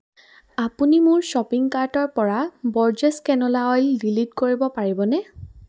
আপুনি মোৰ শ্বপিং কাৰ্টৰপৰা বৰ্জেছ কেনোলা অইল ডিলিট কৰিব পাৰিবনে